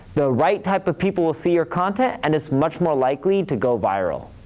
the right type of people will see your content, and it's much more likely to go viral.